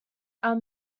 are